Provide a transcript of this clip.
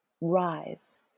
rise